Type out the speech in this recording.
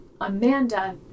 Amanda